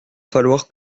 falloir